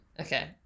Okay